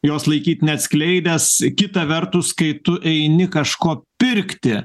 jos laikyt neatskleidęs kita vertus kai tu eini kažko pirkti